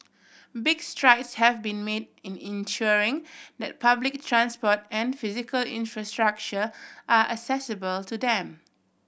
big strides have been made in ensuring that public transport and physical infrastructure are accessible to them